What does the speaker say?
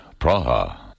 Praha